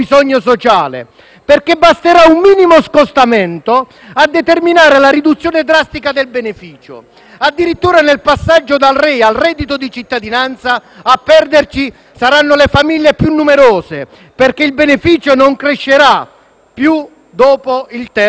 perché basterà un minimo scostamento a determinare la riduzione drastica del beneficio. Addirittura, nel passaggio dal reddito di inclusione (REI) al reddito di cittadinanza, a perderci saranno le famiglie più numerose, perché il beneficio non crescerà più dopo il terzo figlio.